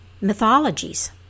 mythologies